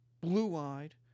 blue-eyed